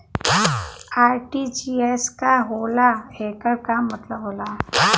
RTGS का होला एकर का मतलब होला?